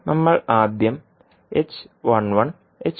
നമ്മൾ ആദ്യം h11 h21 നിർണ്ണയിക്കും